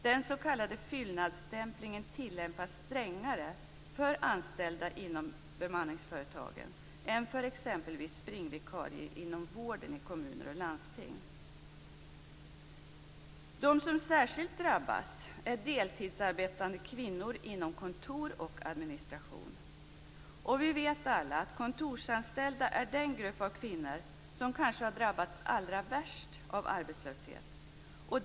Den s.k. fyllnadsstämplingen tillämpas strängare för anställda inom bemanningsföretagen än för exempelvis springvikarier inom vården i kommuner och landsting. De som särskilt drabbas är deltidsarbetande kvinnor inom kontor och administration. Vi vet alla att kontorsanställda är den grupp av kvinnor som kanske har drabbats allra värst av arbetslösheten.